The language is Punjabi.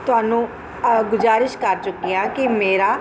ਤੁਹਾਨੂੰ ਅ ਗੁਜ਼ਾਰਿਸ਼ ਕਰ ਚੁੱਕੀ ਹਾਂ ਕਿ ਮੇਰਾ